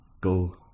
go